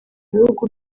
bihugu